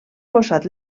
fossat